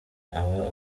aba